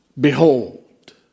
Behold